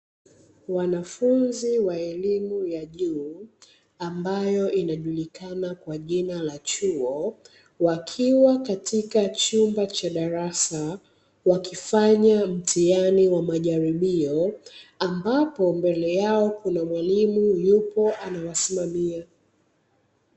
Wanafunzi wa elimu ya juu, ambayo inajulikana kwa jina la chuo. Wakiwa katika chumba cha darasa wakifanya mtihani wa majaribio. Ambapo mwalimu yupo mbele yao anawasimamia.